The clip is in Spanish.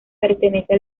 pertenece